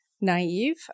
Naive